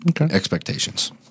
expectations